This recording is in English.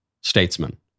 statesman